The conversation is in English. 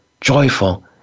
joyful